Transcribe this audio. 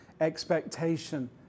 expectation